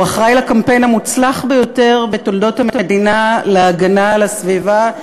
הוא אחראי לקמפיין המוצלח ביותר בתולדות המדינה להגנה על הסביבה,